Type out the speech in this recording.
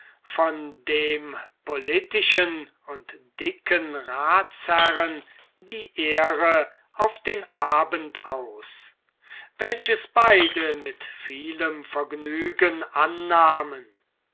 von dem politischen und dicken ratsherrn die ehre auf den abend aus welches beide mit vielem vergnügen annahmen